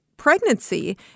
Pregnancy